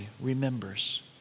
remembers